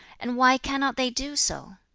and why cannot they do so?